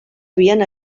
havien